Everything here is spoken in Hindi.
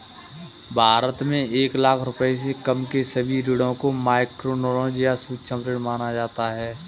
भारत में एक लाख रुपए से कम के सभी ऋणों को माइक्रोलोन या सूक्ष्म ऋण माना जा सकता है